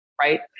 right